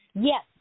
Yes